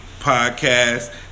podcast